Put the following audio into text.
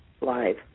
live